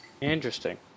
Interesting